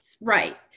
Right